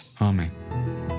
Amen